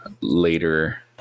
later